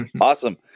awesome